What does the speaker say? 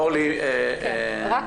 אורלי, בבקשה.